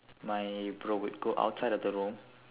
my bro would go outside of the room